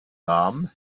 dam